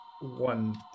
one